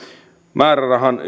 määrärahan